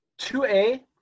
2A